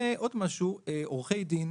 עורכי דין